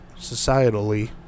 societally